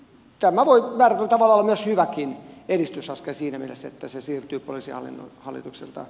tämä voi merkitä valoa myös joitakin edistysaskel siinä mielessä että se siirtyy pois ja linnut hallitukselta